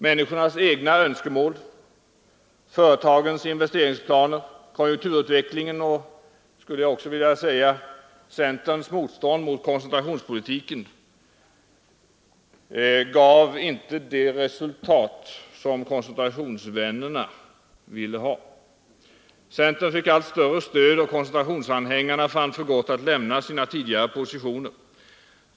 Människornas egna önskemål, företagens investeringsplaner, konjunkturutvecklingen och, det vill jag också säga, centerns motstånd mot koncentrationspolitiken gav ett annat resultat än det som koncentrationsvännerna räknat med. Centern fick allt större stöd, och koncentrationsanhängarna fann för gott att lämna sina tidigare positioner.